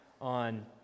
on